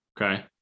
Okay